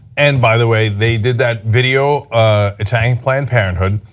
and by the way they did that video attacking planned parenthood,